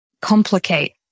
complicate